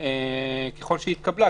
ככל שהיא התקבלה,